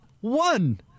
One